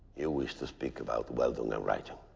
you wish to speak about weldon and writing.